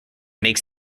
makes